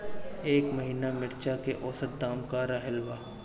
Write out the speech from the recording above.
एह महीना मिर्चा के औसत दाम का रहल बा?